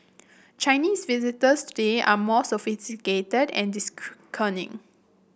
Chinese visitors today are more sophisticated and